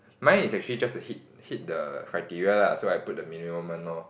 mine is actually just to hit hit the criteria lah so I put the minimum one lor